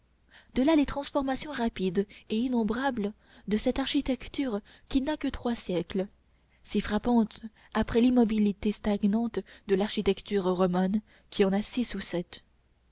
de là les transformations rapides et innombrables de cette architecture qui n'a que trois siècles si frappantes après l'immobilité stagnante de l'architecture romane qui en a six ou sept